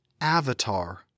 Avatar